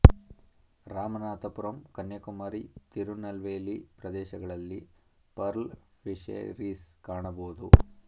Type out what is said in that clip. ರಾಮನಾಥಪುರಂ ಕನ್ಯಾಕುಮಾರಿ, ತಿರುನಲ್ವೇಲಿ ಪ್ರದೇಶಗಳಲ್ಲಿ pearl fisheries ಕಾಣಬೋದು